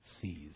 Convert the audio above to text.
sees